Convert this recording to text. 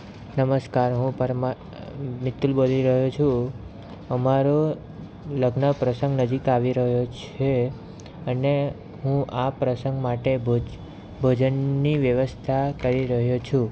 નમસ્કાર હું પરમાર મિતુલ બોલી રહ્યો છું અમારું લગ્ન પ્રસંગ નજીક આવી રહ્યો છે અને હું આ પ્રસંગ માટે ભોજ ભોજનની વ્યવસ્થા કરી રહ્યો છું